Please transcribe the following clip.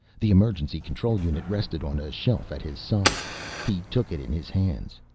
the emergency control unit rested on a shelf at his side he took it in his hands.